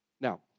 Now